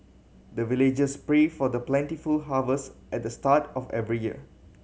the villagers pray for plentiful harvest at the start of every year